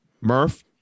Murph